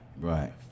Right